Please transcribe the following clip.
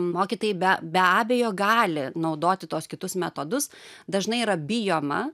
mokytojai be be abejo gali naudoti tuos kitus metodus dažnai yra bijoma